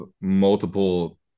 multiple